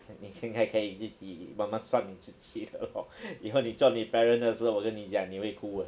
你现在可以自己慢慢算你自己的咯以后你做你 parent 的时候我跟你讲你会哭 uh